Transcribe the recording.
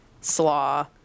slaw